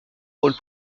rôle